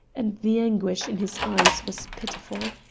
and the anguish in his eyes was pitiful.